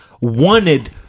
wanted